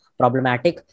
problematic